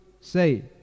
Say